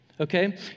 Okay